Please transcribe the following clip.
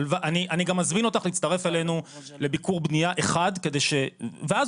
אני גם מזמין אותך להצטרף אלינו לביקור בנייה אחד כדי ש- ואז